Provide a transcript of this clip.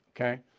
okay